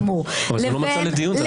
אבל זה לא נושא לדיון זה הצעת חוק.